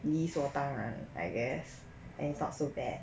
理所当然 I guess and it's not so bad